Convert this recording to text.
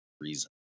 reason